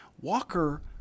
Walker